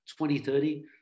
2030